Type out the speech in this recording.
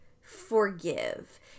forgive